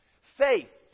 Faith